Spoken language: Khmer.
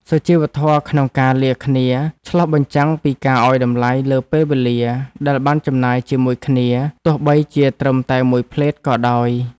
សុជីវធម៌ក្នុងការលាគ្នាឆ្លុះបញ្ចាំងពីការឱ្យតម្លៃលើពេលវេលាដែលបានចំណាយជាមួយគ្នាទោះបីជាត្រឹមតែមួយភ្លែតក៏ដោយ។